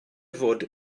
fod